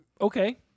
Okay